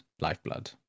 Lifeblood